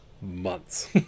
months